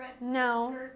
No